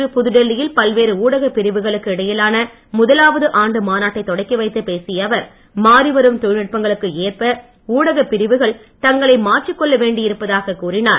இன்று புதுடெல்லியில் பல்வேறு ஊடகப் பிரிவுகளுக்கு இடையிலான முதலாவது ஆண்டு மாநாட்டை தொடக்கி வைத்து பேசிய அவர் மாறி வரும் தொழில்நுட்பங்களுக்கு ஏற்ப ஊடக பிரிவுகள் தங்களை மாற்றிக் கொள்ள வேண்டி இருப்பதாக கூறினார்